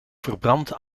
verbrand